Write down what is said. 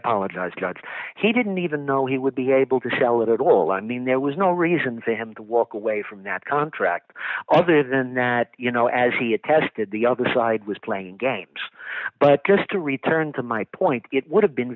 apologize judge he didn't even know he would be able to sell it at all i mean there was no reason for him to walk away from that contract other than that you know as he attested the other side was playing games but just to return to my point it would have been